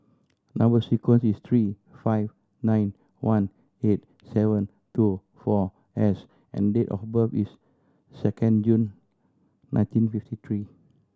number sequence is three five nine one eight seven two four S and date of birth is second June nineteen fifty three